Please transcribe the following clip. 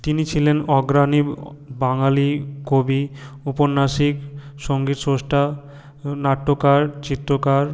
তিনি ছিলেন অগ্রাণী বাঙালি কবি ঔপন্যাসিক সঙ্গীতস্রষ্টা নাট্যকার চিত্রকর